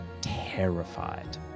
terrified